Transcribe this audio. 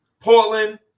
Portland